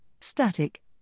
static